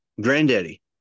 granddaddy